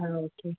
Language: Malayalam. ആ ഓക്കെ